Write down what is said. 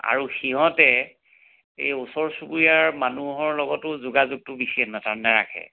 আৰু সিহঁতে এই ওচৰ চুবুৰীয়াৰ মানুহৰ লগতো যোগাযোগটো বিশেষ নাথাকে নাৰাখে